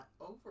over